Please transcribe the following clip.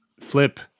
flip